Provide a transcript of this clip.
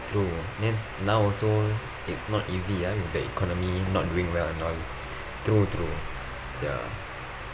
true and then now also it's not easy ah with the economy not doing well and all true true ya